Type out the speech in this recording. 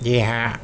جی ہاں